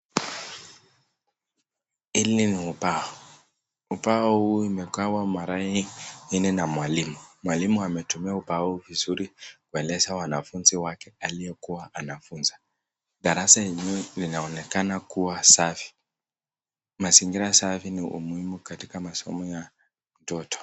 (Sauti ya kugonga ubao) Hili ni ubao, ubao huu umegawa mara nne na mwalimu. Mwalimu ametumia ubao vizuri kueleza wanafunzi wake aliokuwa anawafunza. Darasa lenyewe linaonekana kuwa safi. Mazingira safi ni muhimu katika masomo ya watoto.